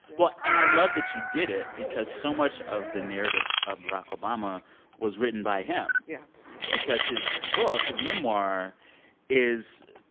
and i love that you did it because so much of the narrative of barack obama was written by him yeah because his book his memoir is,